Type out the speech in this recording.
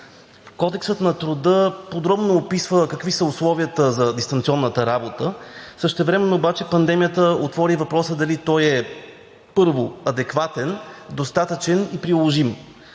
Кодексът на труда подробно описва какви са условията за дистанционната работа, същевременно обаче пандемията отвори въпроса дали той е първо адекватен, достатъчен и приложим.